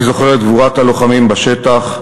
אני זוכר את גבורת הלוחמים בשטח,